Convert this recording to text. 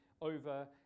over